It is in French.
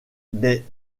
des